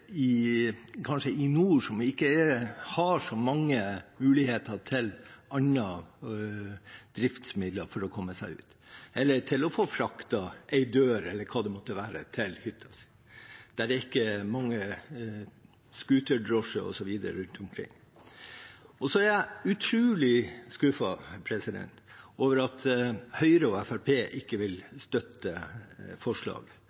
som kanskje ikke har så mange muligheter til andre driftsmidler for å komme seg ut eller å få fraktet en dør eller hva det måtte være, til hytta, der det ikke er mange scooterdrosjer, osv., rundt omkring. Jeg er utrolig skuffet over at Høyre og Fremskrittspartiet ikke vil støtte forslag